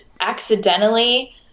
accidentally